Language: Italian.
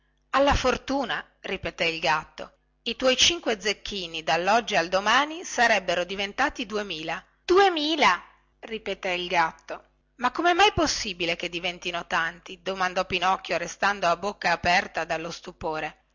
alla fortuna ripeté il gatto i tuoi cinque zecchini dalloggi al domani sarebbero diventati duemila duemila ripeté il gatto ma comè mai possibile che diventino tanti domandò pinocchio restando a bocca aperta dallo stupore